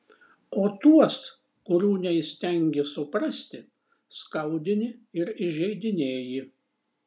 o tuos kurių neįstengi suprasti skaudini ir įžeidinėji